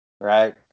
Right